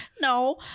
No